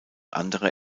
andere